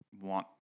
want